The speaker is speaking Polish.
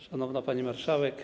Szanowna Pani Marszałek!